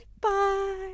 bye